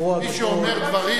מי שאומר דברים